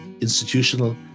institutional